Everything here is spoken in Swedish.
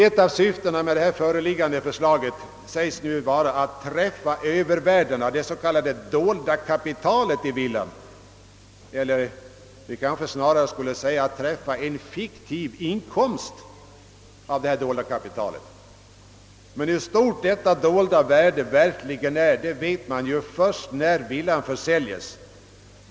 Ett av syftena med det föreliggande förslaget anges vara att träffa övervärdena, det s.k. dolda kapitalet i villorna. Vi kanske snarare skall säga att det gäller att träffa en fiktiv inkomst av detta dolda kapital. Hur stort detta dolda värde verkligen är, vet man först när villan försäljs.